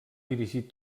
dirigir